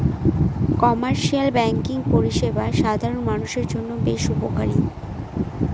commercial banking পরিষেবা সাধারণ মানুষের জন্য বেশ উপকারী